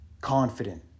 Confident